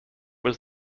was